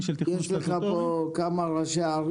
הוא עורק החמצן הראשי.